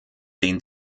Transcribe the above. den